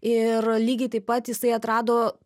ir lygiai taip pat jisai atrado